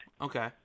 Okay